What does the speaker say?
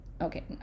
okay